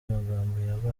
magambo